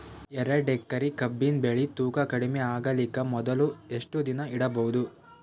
ಎರಡೇಕರಿ ಕಬ್ಬಿನ್ ಬೆಳಿ ತೂಕ ಕಡಿಮೆ ಆಗಲಿಕ ಮೊದಲು ಎಷ್ಟ ದಿನ ಇಡಬಹುದು?